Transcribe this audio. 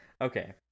Okay